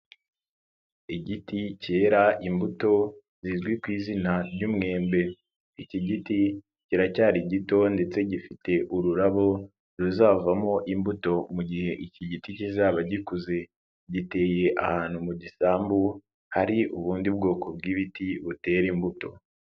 Igiti cyera imbuto zizwi ku izina ry'umwembe, iki giti kiracyari gito ndetse gifite ururabo ruzavamo imbuto mu mugihe iki giti kizaba gikuze, giteye ahantu mu gisambu hari ubundi bwoko bw'ibiti butera imbuto.